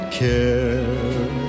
care